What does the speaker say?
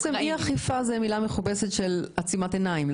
בעצם אי אכיפה זו מילה מכובסת של עצימת עיניים,